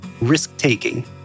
risk-taking